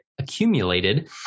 Accumulated